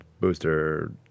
booster